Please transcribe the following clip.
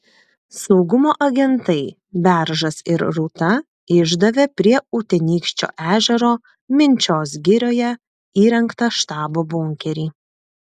saugumo agentai beržas ir rūta išdavė prie utenykščio ežero minčios girioje įrengtą štabo bunkerį